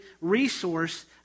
resource